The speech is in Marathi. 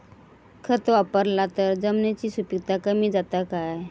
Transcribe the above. खत वापरला तर जमिनीची सुपीकता कमी जाता काय?